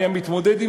היה מתמודד,